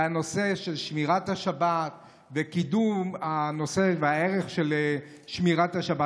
וזה הנושא של שמירת השבת וקידום הנושא והערך של שמירת השבת.